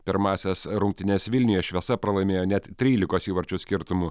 pirmąsias rungtynes vilniuje šviesa pralaimėjo net trylikos įvarčių skirtumu